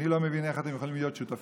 אני לא מבין איך אתם יכולים להיות שותפים